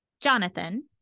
jonathan